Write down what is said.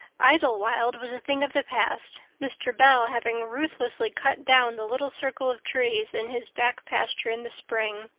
idlewild was a thing of the past, mr. bell having ruthlessly cut down the little circle of trees in his back pasture in the spring.